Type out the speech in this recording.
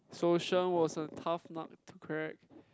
so Shen was a tough nut to crack